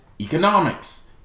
economics